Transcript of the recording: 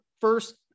first